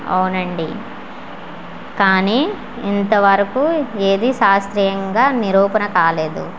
అవును అండి కానీ ఇంతవరకూ ఏదీ శాస్త్రీయంగా నిరూపణ కాలేదు